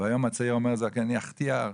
והיום הצעיר אומר לזקן: יא חתיאר.